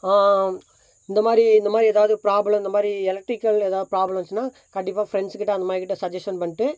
இந்த மாதிரி இந்த மாதிரி எதாவது ப்ராப்ளம் இந்த மாதிரி எலக்ட்ரிகல் ஏதாவது ப்ராப்ளம் இருந்துச்சுனா கண்டிப்பாக ஃப்ரெண்ட்ஸ் கிட்டே அந்த மாதிரி கிட்டே சஜஷன் பண்ணிட்டு